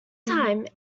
time